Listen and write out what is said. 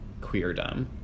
queerdom